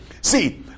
See